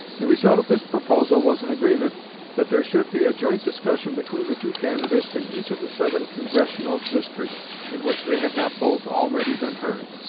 the result of this proposal was an agreement that there should be a joint discussion between the two candidates in each of the seven congressional districts in which they had not both already been heard.